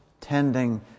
tending